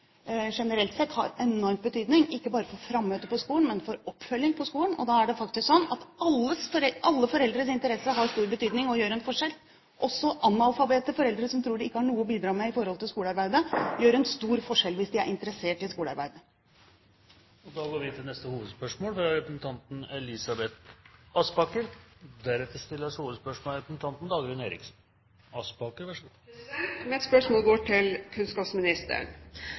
generelt sett har enorm betydning, ikke bare for frammøtet på skolen, men for oppfølging på skolen. Da er det faktisk slik at alle foreldres interesse har stor betydning og gjør en forskjell. Også foreldre som er analfabeter som tror de ikke har noe å bidra med i forhold til skolearbeidet , gjør en stor forskjell hvis de er interessert i skolearbeidet. Vi går videre til neste hovedspørsmål.